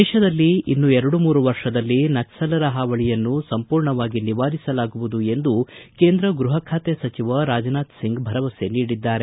ದೇತದಲ್ಲಿ ಇನ್ನು ಎರಡು ಮೂರು ವರ್ಷದಲ್ಲಿ ನಕ್ಸಲರ ಹಾವಳಿಯನ್ನು ಸಂಪೂರ್ಣವಾಗಿ ನಿವಾರಿಸಲಾಗುವುದು ಎಂದು ಕೇಂದ್ರ ಗೃಹ ಖಾತೆ ಸಚಿವ ರಾಜ್ನಾಥ್ ಸಿಂಗ್ ಭರವಸೆ ನೀಡಿದ್ದಾರೆ